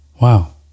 Wow